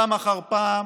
ופעם אחר פעם